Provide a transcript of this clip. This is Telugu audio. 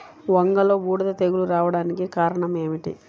వంగలో బూడిద తెగులు రావడానికి కారణం ఏమిటి?